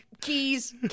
Keys